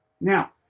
Now